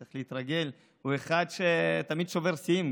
צריך להתרגל, הוא אחד שתמיד שובר שיאים.